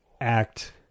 act